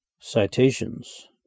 Citations